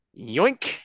yoink